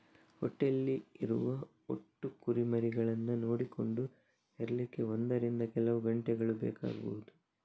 ಹೊಟ್ಟೆಯಲ್ಲಿ ಇರುವ ಒಟ್ಟು ಕುರಿಮರಿಗಳನ್ನ ನೋಡಿಕೊಂಡು ಹೆರ್ಲಿಕ್ಕೆ ಒಂದರಿಂದ ಕೆಲವು ಗಂಟೆಗಳು ಬೇಕಾಗ್ಬಹುದು